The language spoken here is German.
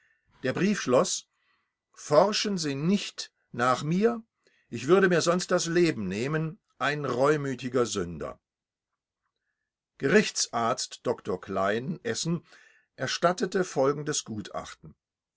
der brief schloß forschen sie nicht nach mir ich würde mir sonst das leben nehmen ein reumütiger sünder gerichtsarzt dr klein essen erstattete folgendes gutachten